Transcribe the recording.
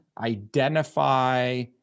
identify